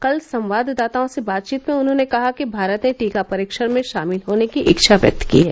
कल संवाददाताओं से बातचीत में उन्होने कहा कि भारत ने टीका परीक्षण में शामिल होने की इच्छा व्यक्त की है